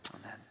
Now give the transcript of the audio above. Amen